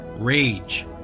Rage